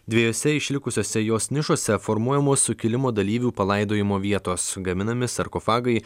dviejose išlikusiose jos nišose formuojamos sukilimo dalyvių palaidojimo vietos gaminami sarkofagai